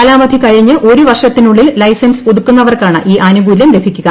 കാലാവധി കഴിഞ്ഞ് ഒരു വർഷത്തിനുള്ളിൽ ലൈസൻസ് പുതുക്കുന്നവർക്കാണ് ഈ ആനുകൂല്യം ലഭിക്കുക